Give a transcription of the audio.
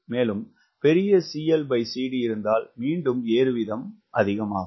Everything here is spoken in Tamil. பெரிய CLCD இருந்தால் மீண்டும் ஏறு வீதம் மிகும்